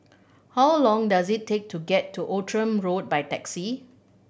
how long does it take to get to Outram Road by taxi